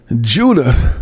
Judas